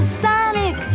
sonic